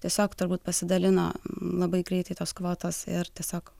tiesiog turbūt pasidalino labai greitai tos kvotos ir tiesiog